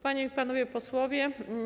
Panie i Panowie Posłowie!